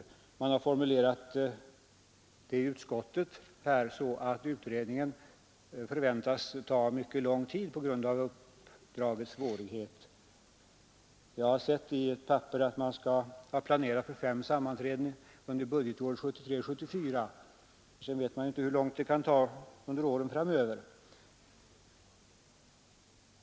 Utskottet har formulerat det så att utredningen förväntas ta mycket lång tid på grund av uppdragets svårighet. Jag har sett i en handling att man har planerat för fem sammanträden under budgetåret 1973/74, och sedan vet man inte hur lång tid det kan ta under åren framöver.